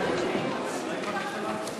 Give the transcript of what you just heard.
בבקשה להצביע.